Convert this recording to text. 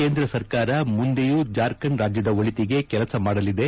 ಕೇಂದ್ರ ಸರ್ಕಾರ ಮುಂದೆಯೂ ಜಾರ್ಖಂಡ್ ರಾಜ್ಯದ ಒಳಿತಿಗೆ ಕೆಲಸ ಮಾಡಲಿದೆ